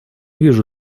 вижу